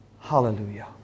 Hallelujah